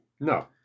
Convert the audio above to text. No